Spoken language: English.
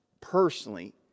personally